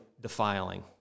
defiling